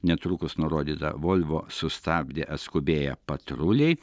netrukus nurodytą volvo sustabdė atskubėję patruliai